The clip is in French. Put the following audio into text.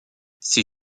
ces